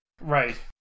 Right